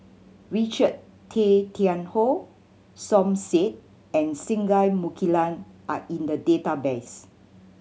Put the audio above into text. Richard Tay Tian Hoe Som Said and Singai Mukilan are in the database